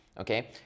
okay